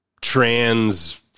trans